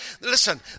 Listen